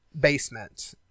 basement